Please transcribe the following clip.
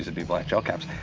be black gel caps.